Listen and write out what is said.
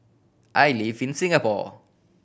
I live in Singapore